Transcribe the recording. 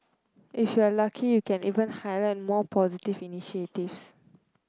if you are lucky you can even highlight your more positive initiatives